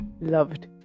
loved